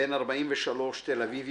בן 43 מתל אביב,